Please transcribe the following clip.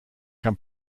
can